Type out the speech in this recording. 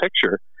picture